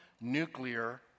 nuclear